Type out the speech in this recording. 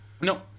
No